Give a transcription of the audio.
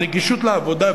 נגישות לעבודה,